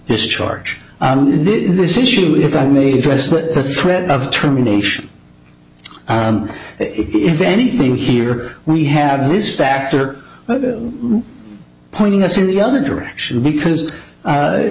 discharge on this issue if i may dress with the threat of terminations on if anything here we have this factor pointing us in the other direction because